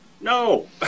No